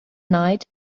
night